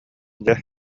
дьэ